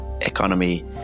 economy